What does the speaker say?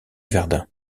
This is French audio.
verdun